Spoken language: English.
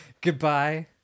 Goodbye